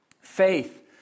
Faith